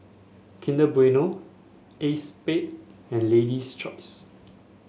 Kinder Bueno Acexspade and Lady's Choice